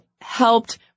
helped